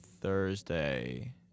Thursday